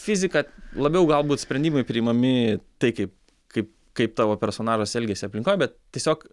fizika labiau galbūt sprendimai priimami tai kaip kaip kaip tavo personažas elgiasi aplinkoj bet tiesiog